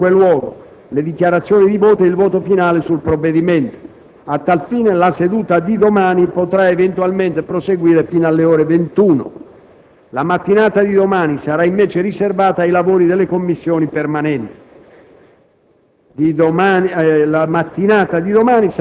mercoledì 4 ottobre, nel corso della quale avranno comunque luogo le dichiarazioni di voto e il voto finale sul provvedimento. A tal fine la seduta di domani potrà eventualmente proseguire fino alle ore 21. La mattinata di domani sarà invece riservata ai lavori delle Commissioni permanenti.